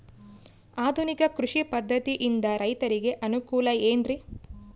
ಆಧುನಿಕ ಕೃಷಿ ಪದ್ಧತಿಯಿಂದ ರೈತರಿಗೆ ಅನುಕೂಲ ಏನ್ರಿ?